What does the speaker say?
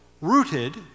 rooted